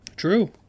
True